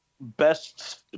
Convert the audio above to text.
best